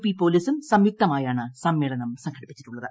P പോലീസും സംയുക്തമായാണ് സ്മ്മേളനം സംഘടിപ്പിച്ചിട്ടുള്ളത്